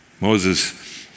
Moses